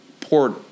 port